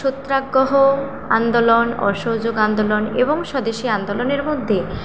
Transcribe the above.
সত্যাগ্রহ আন্দোলন অসহযোগ আন্দোলন এবং স্বদেশী আন্দোলনের মধ্যে